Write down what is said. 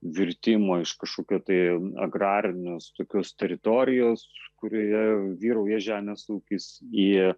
virtimo iš kažkokio tai agrarinės tokios teritorijos kurioje vyrauja žemės ūkis į